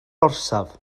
orsaf